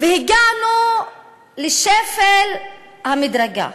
והגענו לשפל המִדרגה.